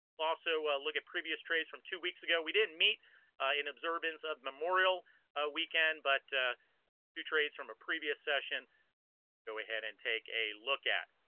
also look at previous trades from two weeks ago we didn't meet in observance of memorial ah weekend but new trades from a previous session go ahead and take a look at